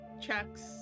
checks